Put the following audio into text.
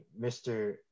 Mr